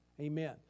amen